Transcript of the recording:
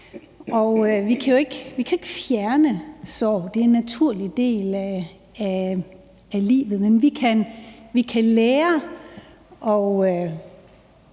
Vi kan jo ikke fjerne sorg. Det er en naturlig del af livet. Men vi kan lære at